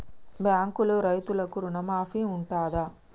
బ్యాంకులో రైతులకు రుణమాఫీ ఉంటదా?